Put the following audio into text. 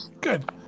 Good